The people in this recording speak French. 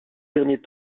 derniers